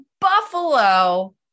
buffalo